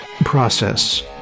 process